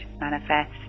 manifest